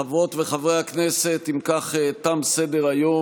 חברות וחברי הכנסת, אם כך, תם סדר-היום.